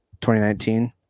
2019